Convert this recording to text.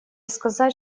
сказать